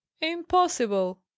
impossible